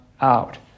out